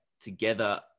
together